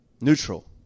neutral